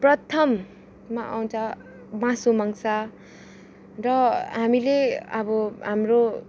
प्रथममा आउँछ मासु मङ्स र हामीले अब हाम्रो